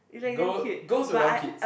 girl girls will want kids